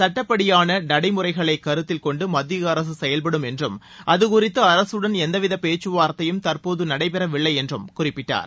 சட்டப்படியாள நடைமுறைகளை கருத்தில் கொண்டு மத்திய அரசு செயல்படும் என்றும் அது குறித்து அரசுடன் எந்தவித பேச்சுவார்த்தையும் தற்போது நடைபெறவில்லை என்று அவர் குறிப்பிட்டார்